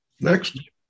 next